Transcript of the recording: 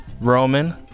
Roman